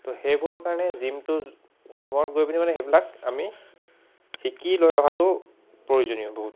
ত' সেইবোৰৰ কাৰণে জিমটো জিমত গৈ পিনে মানে সেইবিলাক আমি শিকি লৈ অহাটো প্ৰয়োজনীয় বহুত